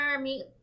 meet